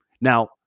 Now